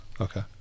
Okay